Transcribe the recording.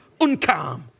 Uncalm